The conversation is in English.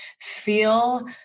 feel